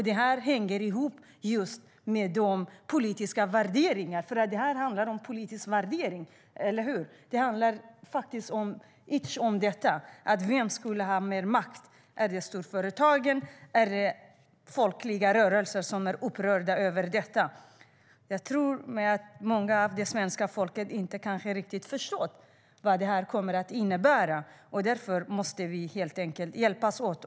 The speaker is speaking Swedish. Det här hänger ihop med just dessa politiska värderingar, för det handlar om politiska värderingar, eller hur? Det handlar ytterst om vem som ska ha mer makt. Är det storföretagen eller är det folkrörelser som är upprörda över detta? Jag tror att många bland det svenska folket kanske inte riktigt förstått vad det här kommer att innebära. Därför måste vi helt enkelt hjälpas åt.